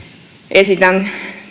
esitän